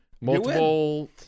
Multiple